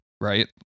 right